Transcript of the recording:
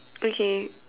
okay